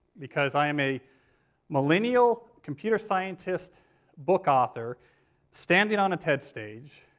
because i am a millennial computer scientist book author standing on a tedx stage,